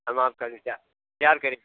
हम आपका हमेशा इंतज़ार करेंगे